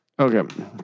Okay